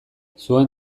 zuen